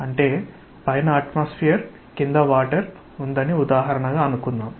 అంటే పైన అట్మాస్ఫియర్ క్రిందవాటర్ ఉందని ఉదాహరణగా అనుకుందాం